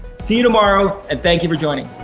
see you tomorrow, and thank you for joining.